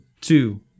two